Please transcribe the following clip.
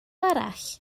arall